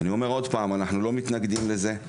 אני אומר שוב, אנחנו לא מתנגדים לזה.